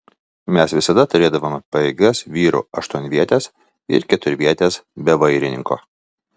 mes visada turėdavome pajėgias vyrų aštuonvietes ir keturvietes be vairininko